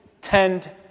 tend